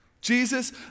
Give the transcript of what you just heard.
Jesus